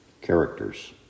characters